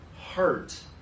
heart